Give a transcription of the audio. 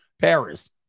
Paris